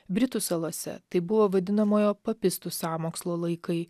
britų salose tai buvo vadinamojo papistu sąmokslo laikai